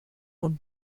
und